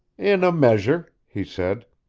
in a measure, he said.